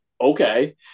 okay